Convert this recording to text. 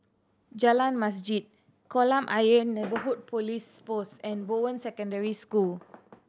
Jalan Masjid Kolam Ayer Neighbourhood Police Post and Bowen Secondary School